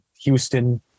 Houston